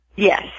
Yes